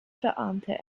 verarmte